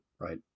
right